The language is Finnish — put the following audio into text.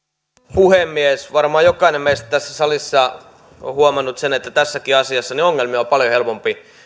puhemies varmaan jokainen meistä tässä salissa on huomannut sen että tässäkin asiassa ongelmia on paljon helpompi